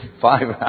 five